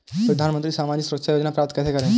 प्रधानमंत्री सामाजिक सुरक्षा योजना प्राप्त कैसे करें?